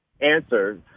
answer